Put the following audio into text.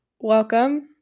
welcome